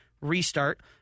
restart –